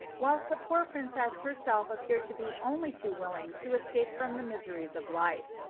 whilst the poor princess herself appeared to be only too willing to escape from the miseries of life.